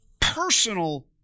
personal